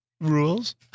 rules